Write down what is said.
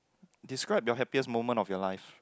describe your happiest moment of your life